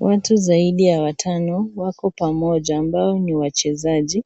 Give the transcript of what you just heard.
Watu zaidi ya watano wako pamoja ambao ni wachezaji,